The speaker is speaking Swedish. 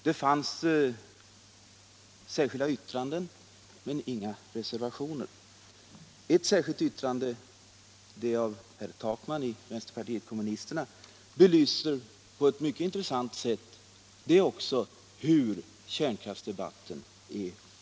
Det fanns särskilda yttranden men inga — m.m. reservationer. Ett särskilt yttrande, det av herr Takman i vänsterpartiet kommunisterna, belyser på ett mycket intressant sätt hur ologisk kärnkraftsdebatten är.